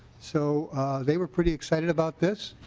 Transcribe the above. so they were pretty excited about this